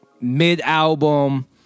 mid-album